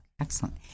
excellent